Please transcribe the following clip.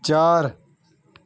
چار